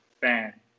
fan